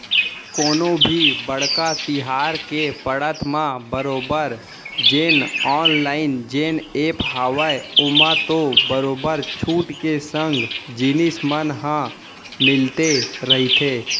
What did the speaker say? कोनो भी बड़का तिहार के पड़त म बरोबर जेन ऑनलाइन जेन ऐप हावय ओमा तो बरोबर छूट के संग जिनिस मन ह मिलते रहिथे